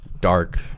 dark